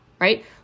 right